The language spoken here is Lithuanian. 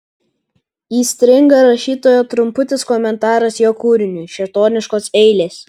įstringa rašytojo trumputis komentaras jo kūriniui šėtoniškos eilės